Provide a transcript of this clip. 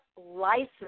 license